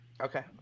Okay